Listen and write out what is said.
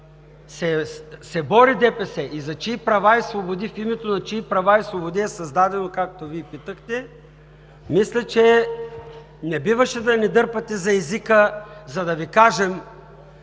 се бори ДПС и в името на чии права и свободи е създадено, както Вие питахте, мисля, че не биваше да ни дърпате за езика, за да Ви кажем,